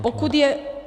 Pokud je...